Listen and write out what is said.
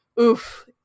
oof